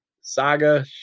Saga